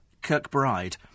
Kirkbride